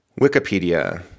Wikipedia